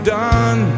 done